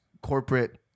corporate